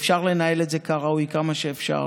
אפשר לנהל את זה כראוי, כמה אפשר.